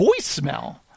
voicemail